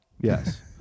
Yes